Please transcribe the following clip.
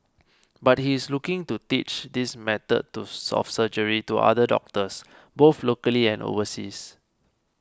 but he is looking to teach this method of surgery to other doctors both locally and overseas